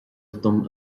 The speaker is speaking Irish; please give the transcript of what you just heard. dom